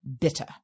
bitter